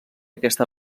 aquesta